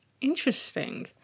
Interesting